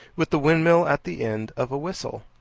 with the windmill at the end of a whistle,